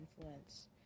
influence